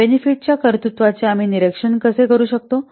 benefit च्या कर्तृत्वाचे आम्ही निरीक्षण कसे करू शकतो